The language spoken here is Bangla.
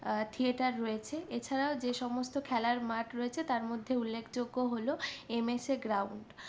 থিয়েটার রয়েছে এছাড়াও যে সমস্ত খেলার মাঠ রয়েছে তার মধ্যে উল্লেখযোগ্য হল এমএসএ গ্রাউন্ড